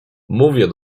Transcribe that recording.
mówię